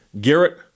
Garrett